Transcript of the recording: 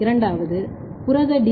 இரண்டாவது புரத டி